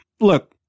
Look